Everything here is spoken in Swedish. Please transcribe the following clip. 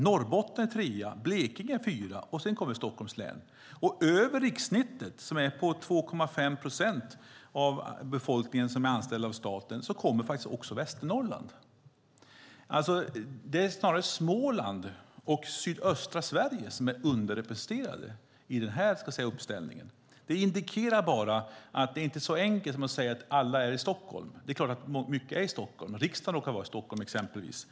Norrbotten är trea, och Blekinge är fyra. Sedan kommer Stockholms län. Över rikssnittet, 2,5 procent av befolkningen som är anställd av staten, kommer också Västernorrland. Det är snarare Småland och sydöstra Sverige som är underrepresenterade i den här uppställningen. Det här indikerar att det inte är så enkelt som att säga att alla är i Stockholm. Det är klart att mycket är i Stockholm. Riksdagen råkar befinna sig i Stockholm.